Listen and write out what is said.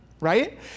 Right